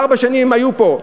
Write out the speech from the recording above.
ארבע שנים הם היו פה,